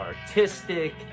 artistic